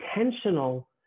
intentional